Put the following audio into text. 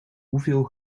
hoeveel